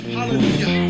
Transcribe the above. Hallelujah